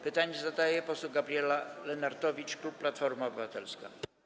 Pytanie zadaje poseł Gabriela Lenartowicz, klub Platforma Obywatelska.